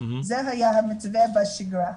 זה היה המתווה בשגרה.